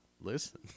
listen